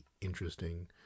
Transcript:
interesting